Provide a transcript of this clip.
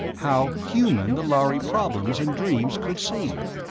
how human the lhari problems and dreams could seem.